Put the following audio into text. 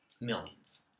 Millions